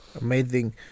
Amazing